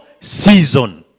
season